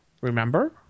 Remember